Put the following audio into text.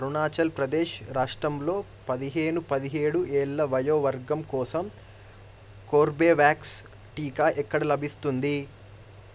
అరుణాచల్ ప్రదేశ్ రాష్ట్రంలో పదిహేను పదిహేడు ఏళ్ల వయో వర్గం కోసం కోర్బేవాక్స్ టీకా ఎక్కడ లభిస్తుంది